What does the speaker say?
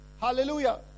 Hallelujah